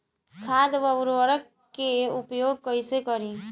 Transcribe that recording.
खाद व उर्वरक के उपयोग कइसे करी?